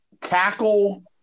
tackle